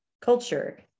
culture